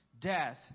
death